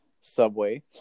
Subway